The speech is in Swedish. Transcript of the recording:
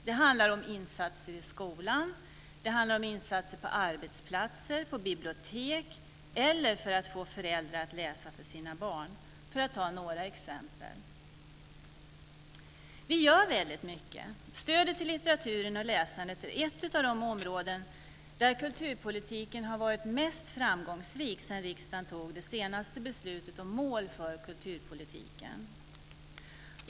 Det handlar om insatser i skolan, på arbetsplatser, på bibliotek eller för att få föräldrar att läsa för sina barn - för att ta några exempel. Vi gör mycket. Stödet till litteraturen och läsandet är ett av de områden där kulturpolitiken har varit som mest framgångsrik sedan riksdagen antog det senaste beslutet om mål för kulturpolitiken.